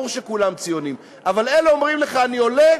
ברור שכולם ציונים, אבל אלה אומרים לך: אני עולה